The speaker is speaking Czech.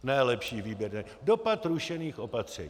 Ne lepší výběr dopad rušených opatření.